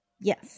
Yes